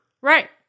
Right